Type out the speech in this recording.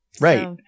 Right